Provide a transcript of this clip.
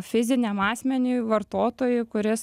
fiziniam asmeniui vartotojui kuris